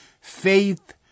faith